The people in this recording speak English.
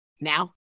now